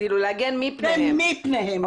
להגן מפניהם.